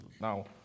Now